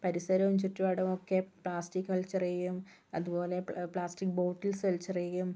പരിസരവും ചുറ്റുപാടും ഒക്കെ പ്ലാസ്റ്റികുകൾ വലിച്ചെറിയുകയും അതുപോലെ പ്ല പ്ലാസ്റ്റിക് ബോട്ടിൽസ് വലിച്ചെറിയുകയും